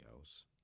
else